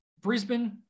Brisbane –